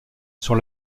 sur